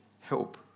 help